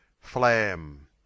Flam